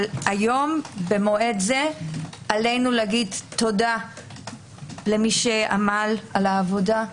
כיום במועד זה עלינו לומר תודה למי שעמל על העבודה.